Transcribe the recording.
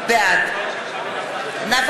בעד נאוה